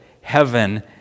heaven